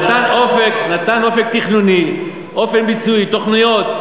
נתן אופק תכנוני, אופן ביצועי, תוכניות.